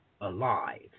alive